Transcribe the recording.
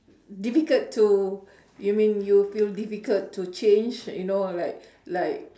difficult to you mean you feel difficult to change you know like like